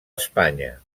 espanya